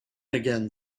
again